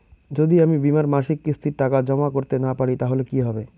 যদি আমি বীমার মাসিক কিস্তির টাকা জমা করতে না পারি তাহলে কি হবে?